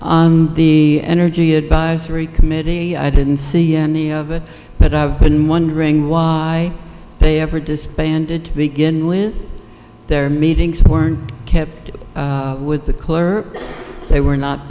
here the energy advisory committee i didn't see any of it but i've been wondering why they ever disbanded to begin with their meetings weren't kept with the clerk they were not